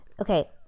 Okay